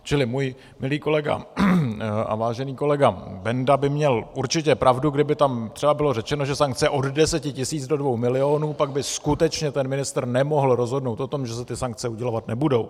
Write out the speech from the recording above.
Čili můj milý kolega a vážený kolega Benda by měl určitě pravdu, kdyby tam třeba bylo řečeno, že sankce od 10 tisíc do 2 milionů, pak by skutečně ten ministr nemohl rozhodnout o tom, že se ty sankce udělovat nebudou.